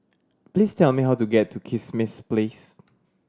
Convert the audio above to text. please tell me how to get to Kismis Place